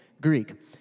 Greek